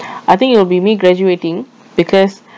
I think it'll be me graduating because